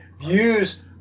views